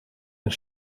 een